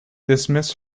dismiss